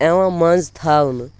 یِوان منٛزٕ تھاونہٕ